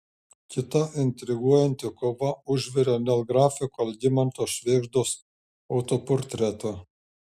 kita intriguojanti kova užvirė dėl grafiko algimanto švėgždos autoportreto